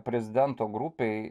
prezidento grupei